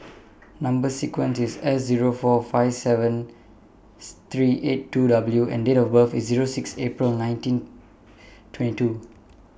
Number sequence IS S Zero four five seven three eight two W and Date of birth IS Zero six April nineteen twenty two